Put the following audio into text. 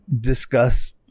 discuss